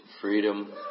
freedom